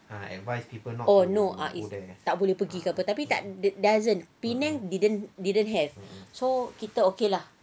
oh no it's tak boleh pergi ke apa tapi doesn't penang didn't didn't have so kita okay lah